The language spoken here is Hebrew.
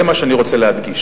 זה מה שאני רוצה להדגיש.